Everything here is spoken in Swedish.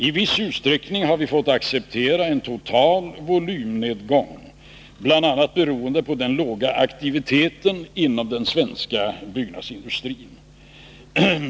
I viss utsträckning har vi fått acceptera en total volymnedgång, bl.a. beroende på den låga aktiviteten inom den svenska byggnadsindustrin.